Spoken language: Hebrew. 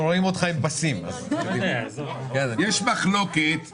יש לנו בזום את שאול מוצפי,